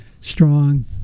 strong